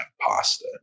pasta